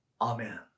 Amen